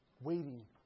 waiting